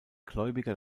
gläubiger